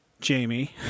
Jamie